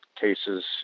cases